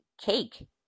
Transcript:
cake